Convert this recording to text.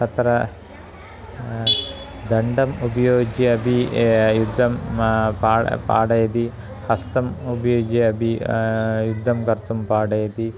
तत्र दण्डम् उपयोज्य अबि युद्धं मा पा पाठयति हस्तम् उपयुज्य अपि युद्धं कर्तुं पाठयति